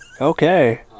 okay